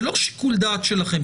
זה לא שיקול דעת שלכם.